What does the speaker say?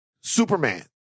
Superman